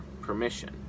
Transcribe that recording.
permission